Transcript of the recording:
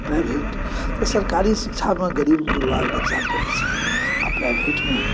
private तऽ सरकारी शिक्षामे गरीब गुरबाके बच्चा पढ़ै छै आओर प्राइवेटमे